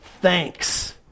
thanks